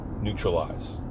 neutralize